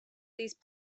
these